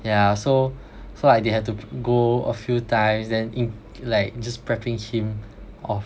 yeah so so like they have to p~ go a few times then yi~ like just prepping him off